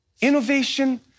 innovation